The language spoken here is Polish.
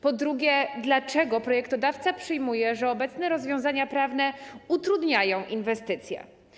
Po drugie: Dlaczego projektodawca przyjmuje, że obecne rozwiązania prawne utrudniają inwestycje?